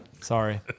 Sorry